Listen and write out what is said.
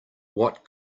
what